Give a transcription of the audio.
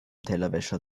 tellerwäscher